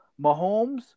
Mahomes